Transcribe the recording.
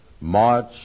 March